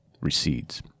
recedes